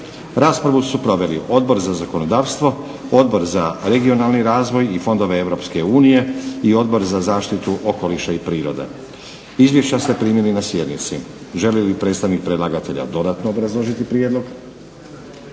Raspravu su proveli Odbor za zakonodavstvo, Odbor za regionalni razvoj i fondove EU i Odbor za zaštitu okoliša i prirode. Izvješća ste primili na sjednici. Želi li predstavnik predlagatelja dodatno obrazložiti prijedlog?